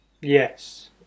Yes